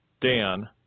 Dan